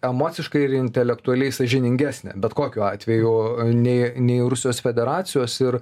emociškai ir intelektualiai sąžiningesnė bet kokiu atveju nei nei rusijos federacijos ir